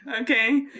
Okay